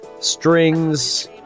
strings